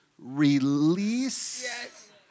release